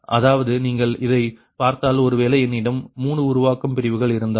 அதாவது நீங்கள் இதைப் பார்த்தால் ஒருவேளை என்னிடம் 3 உருவாக்கும் பிரிவுகள் இருந்தால்